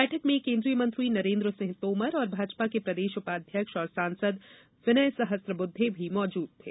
बैठक में केन्द्रीय मंत्री नरेन्द्र सिंह तोमर और भाजपा के प्रदेश उपाध्यक्ष और सांसद विनय सहस्र बुद्वे भी मौजूद थे